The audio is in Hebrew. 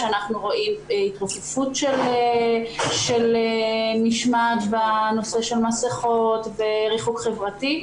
שאנחנו רואים התרופפות במשמעת באשר למסכות וריחוק חברתי.